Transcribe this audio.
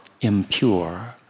impure